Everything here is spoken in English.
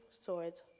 swords